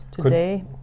today